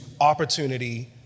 opportunity